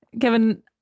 Kevin